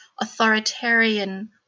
authoritarian